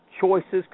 choices